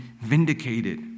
vindicated